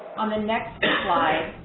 on the next slide,